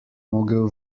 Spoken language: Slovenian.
mogel